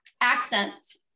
accents